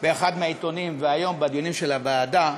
באחד העיתונים והיום בדיונים של הוועדה,